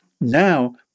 Now